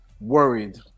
worried